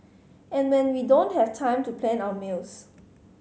and when we don't have time to plan our meals